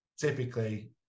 typically